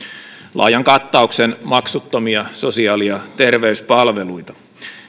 laajan kattauksen maksuttomia sosiaali ja terveyspalveluita